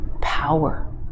power